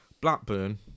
Blackburn